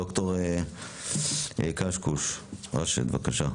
ד"ר קשקוש ראשד, בבקשה.